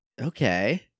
Okay